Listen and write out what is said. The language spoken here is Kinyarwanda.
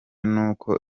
n’uko